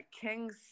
king's